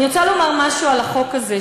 אני רוצה לומר משהו על החוק הזה,